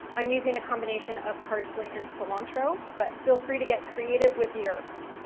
i'm using a combination of parsley and cilantro, but feel free to get creative with the herbs.